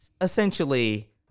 essentially